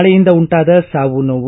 ಮಳೆಯಿಂದ ಉಂಟಾದ ಸಾವು ನೋವು